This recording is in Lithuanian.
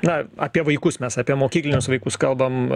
na apie vaikus mes apie mokyklinius vaikus kalbam